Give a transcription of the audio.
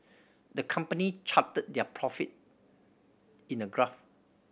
the company charted their profit in a graph